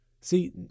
See